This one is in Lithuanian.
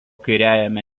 kairiajame